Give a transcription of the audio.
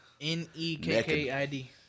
n-e-k-k-i-d